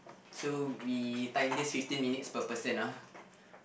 so we time this fifteen minutes per person ah